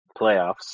playoffs